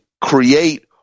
create